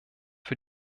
für